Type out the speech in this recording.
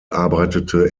arbeitete